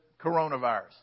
coronavirus